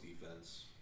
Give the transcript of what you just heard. defense